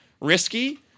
risky